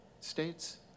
states